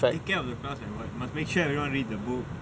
take care of the class like what must make sure everyone read the book